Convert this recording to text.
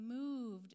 moved